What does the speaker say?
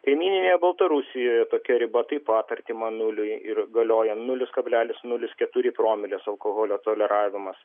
kaimyninėje baltarusijoje tokia riba taip pat artima nuliui ir galioja nulis kablelis nulis keturi promilės alkoholio toleravimas